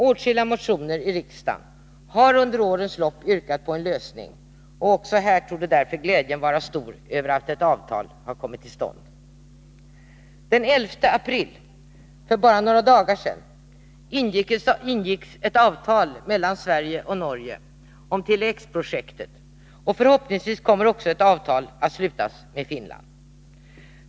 Åtskilliga motioner i riksdagen har under årens lopp yrkat på en lösning, och också här i riksdagen torde nu glädjen vara stor över att ett avtal kommit till stånd. Den 11 april — för bara några dagar sedan — ingicks ett avtal mellan Sverige och Norge om Tele-X-projektet och förhoppningsvis kommer också ett avtal att slutas med Finland.